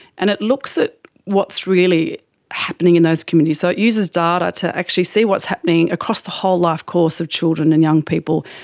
and it looks at what's really happening in those communities. so it uses data to actually see what's happening across the whole life course of children and young people,